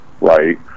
Right